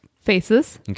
faces